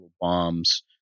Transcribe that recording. bombs